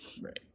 Right